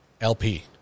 LP